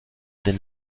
den